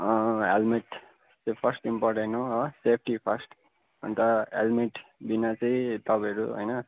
helmet त्यो first important हो safety first अन्त हेलमेट बिना चाहिँ तपाईँहरू होइन